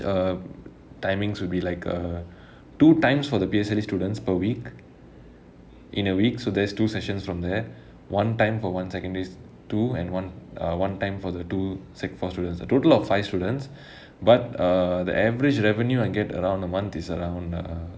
uh timings will be like uh two times for the P_S_L_E students per week in a week so there's two sessions from there one time for one secondary two and one one time for the two secondary four students a total of five students but err the average revenue I get around a month is around err